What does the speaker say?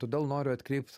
todėl noriu atkreipt